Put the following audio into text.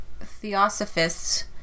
Theosophists